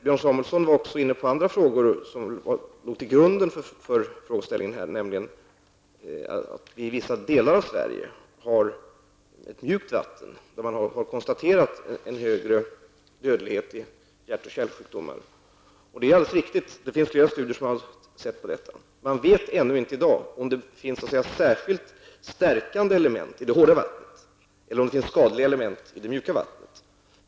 Björn Samuelson var också inne på andra frågor som låg till grund för denna frågeställning, nämligen att man i vissa delar av Sverige där man har konstaterat en högre dödlighet i hjärt och kärlsjukdomar har ett mjukt vatten. Det är alldeles riktigt. Det finns flera studier som har sett på detta. Man vet ännu inte i dag om det finns särskilt stärkande element i det hårda vattnet, eller om det finns skadliga element i det mjuka vattnet.